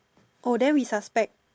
oh then we suspect